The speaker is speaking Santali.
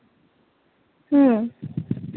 ᱦᱮᱸ